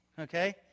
okay